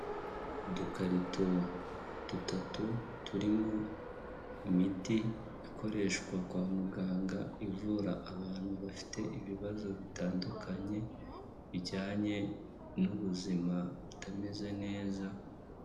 Udukarito dutatu turimo imiti ikoreshwa kwa muganga, ivura abantu bafite ibibazo bitandukanye, bijyanye n'ubuzima butameze neza.